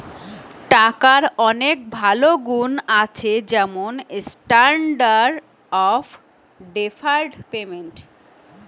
টাকার অনেক ভালো গুন্ আছে যেমন স্ট্যান্ডার্ড অফ ডেফার্ড পেমেন্ট